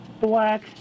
black